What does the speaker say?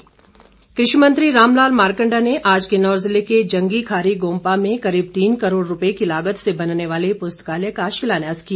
मारकंडा कृषि मंत्री राम लाल मारकंडा ने आज किन्नौर जिले के जंगी खारी गोम्पा में करीब तीन करोड़ रुपए की लागत से बनने वाले पुस्तकालय का शिलान्यास किया